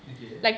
okay